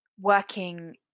working